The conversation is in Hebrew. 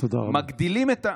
מגדילים את,